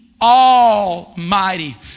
Almighty